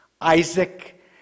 Isaac